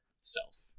self